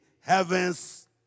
heaven's